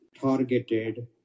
targeted